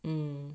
mm